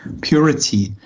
purity